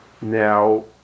Now